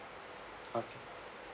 okay